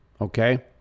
okay